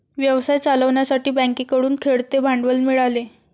व्यवसाय चालवण्यासाठी बँकेकडून खेळते भांडवल मिळाले